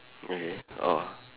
okay oh